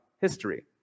history